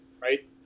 Right